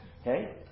Okay